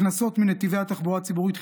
וקנסות מנתיבי התחבורה הציבורית,